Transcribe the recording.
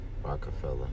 Rockefeller